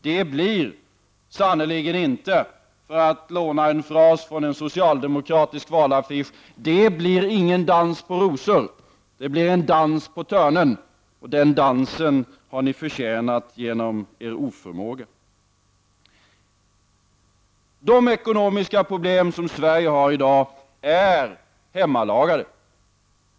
Det blir sannerligen inte, för att låna en fras från en socialdemokratisk valaffisch, någon dans på rosor. Det blir en dans på törnen, och den dansen har ni förtjänat genom er oförmåga. De ekonomiska problem som Sverige har i dag är hemlagade.